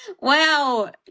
Wow